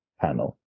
panel